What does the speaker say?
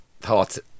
thoughts